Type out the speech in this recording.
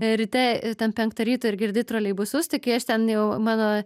ryte ten penktą ryto ir girdi troleibusus tik kai aš ten jau mano